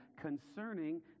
concerning